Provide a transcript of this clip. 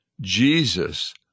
Jesus